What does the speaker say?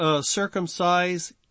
Circumcise